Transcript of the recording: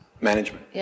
management